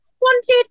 wanted